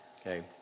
okay